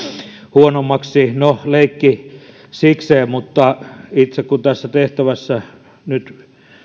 huonommaksi no leikki sikseen mutta itse kun tässä tehtävässä nyt